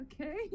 okay